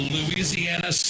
Louisiana